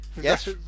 Yes